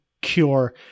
cure